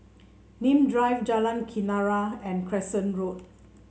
Nim Drive Jalan Kenarah and Crescent Road